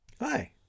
Hi